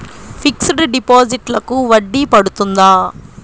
Fixed డిపాజిట్లకు వడ్డీ పడుతుందా?